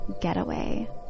getaway